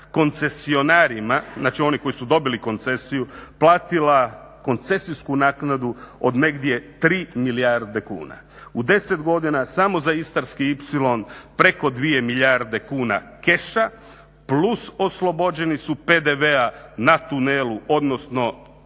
koncesionarima, znači oni koji su dobili koncesiju, platila koncesijsku naknadu od negdje 3 milijarde kuna. U 10 godina samo za Istarski ipsilon preko 2 milijarde kuna keša plus oslobođeni su PDV-a na tunelu odnosno